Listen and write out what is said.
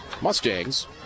Mustangs